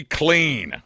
clean